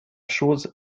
chose